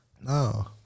No